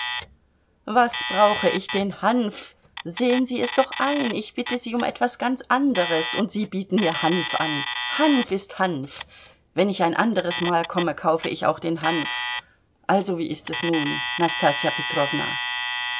was brauche ich den hanf sehen sie es doch ein ich bitte sie um etwas ganz anderes und sie bieten mir hanf an hanf ist hanf wenn ich ein anderes mal komme kaufe ich auch den hanf also wie ist es nun nastassja